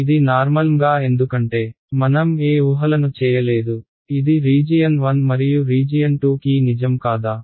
ఇది నార్మల్ంగా ఎందుకంటే మనం ఏ ఊహలను చేయలేదు ఇది రీజియన్ 1 మరియు రీజియన్ 2 కీ నిజం కాదా